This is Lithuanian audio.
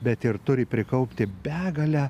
bet ir turi prikaupti begalę